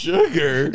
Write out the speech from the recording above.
Sugar